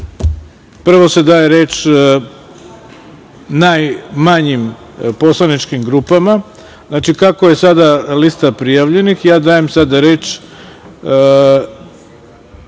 prvo se daje reč najmanjim poslaničkim grupama. Znači, kako je sada lista prijavljenih, dajem sada reč